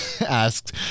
asked